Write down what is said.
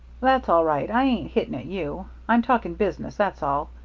that's all right. i ain't hitting at you. i'm talking business, that's all.